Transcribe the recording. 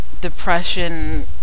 depression